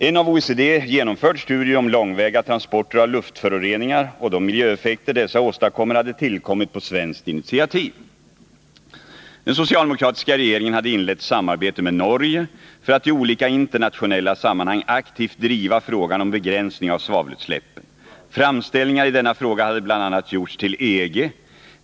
En av OECD genomförd studie om långväga transporter av luftföroreningar och de miljöeffekter dessa åstadkommer hade tillkommit på svenskt initiativ. Den socialdemokratiska regeringen hade inlett samarbete med Norge för att i olika internationella sammanhang aktivt driva frågan om begränsning av svavelutsläppen. Framställningar i denna fråga hade bl.a. gjorts till EG.